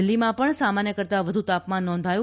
દિલ્ફીમાં પણ સામાન્ય કરતાં વધુ તાપમાન નોંધાયું